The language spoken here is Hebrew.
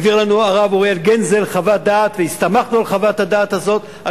העביר לנו הרב אוריאל גנזל חוות-דעת והסתמכנו על חוות-הדעת הזאת.